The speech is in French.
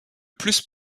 plus